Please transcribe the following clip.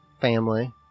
family